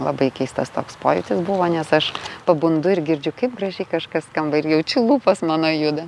labai keistas toks pojūtis buvo nes aš pabundu ir girdžiu kaip gražiai kažkas skamba ir jaučiu lūpos mano juda